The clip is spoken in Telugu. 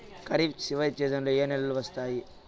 ఖరీఫ్ చివరి సీజన్లలో ఏ నెలలు వస్తాయి?